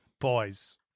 Boys